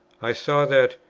i saw that,